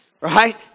right